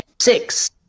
six